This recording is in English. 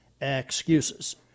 excuses